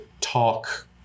talk